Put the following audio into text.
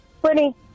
Brittany